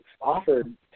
offered